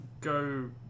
go